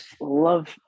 Love